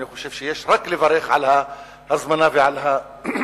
אני חושב שיש רק לברך על ההזמנה ועל הביקור.